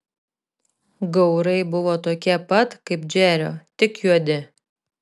gaurai buvo tokie pat kaip džerio tik juodi